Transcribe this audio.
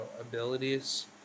abilities